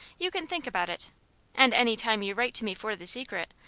you can think about it and any time you write to me for the secret,